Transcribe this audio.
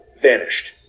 vanished